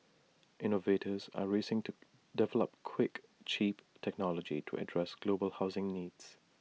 innovators are racing to develop quick cheap technology to address global housing needs